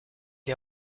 est